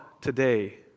today